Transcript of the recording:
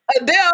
Adele